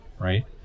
right